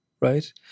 right